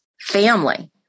family